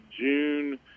June